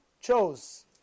chose